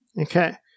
Okay